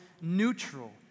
neutral